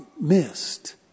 missed